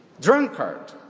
drunkard